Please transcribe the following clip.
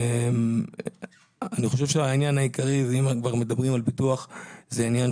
אם כבר מדברים על ביטוח משכנתאות,